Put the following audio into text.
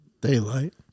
Daylight